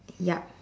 ya